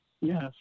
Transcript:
Yes